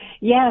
Yes